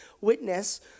witness